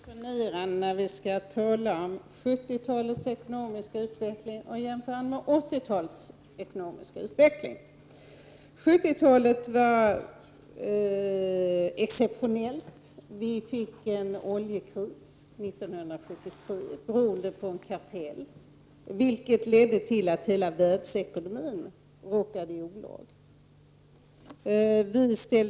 Herr talman! Jag tycker alltid att det är generande när vi skall tala om 70 talets ekonomiska utveckling och jämföra med 80-talets ekonomiska utveckling. 70-talet var exceptionellt. Vi fick en oljekris 1973 beroende på en kartell, vilket ledde till att hela världsekonomin råkade i olag.